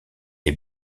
les